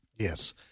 Yes